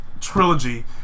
trilogy